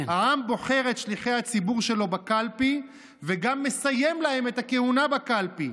העם בוחר את שליחי הציבור שלו בקלפי וגם מסיים להם את הכהונה בקלפי,